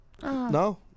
No